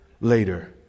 later